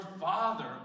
Father